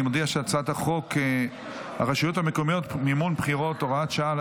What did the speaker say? אני מודיע שהצעת חוק הרשויות המקומיות (מימון בחירות) (הוראת שעה),